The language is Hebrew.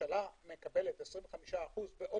והממשלה מקבלת 25%, בעוד